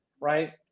right